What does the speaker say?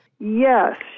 Yes